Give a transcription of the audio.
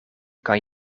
kan